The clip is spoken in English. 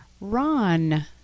ron